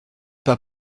pas